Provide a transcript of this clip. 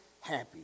happy